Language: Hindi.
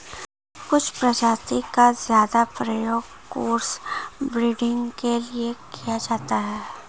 कुछ प्रजाति का ज्यादा प्रयोग क्रॉस ब्रीडिंग के लिए किया जाता है